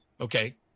Okay